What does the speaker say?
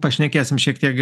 pašnekėsim šiek tiek